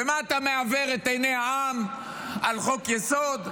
ומה אתה מעוור את עיני העם על חוק-יסוד.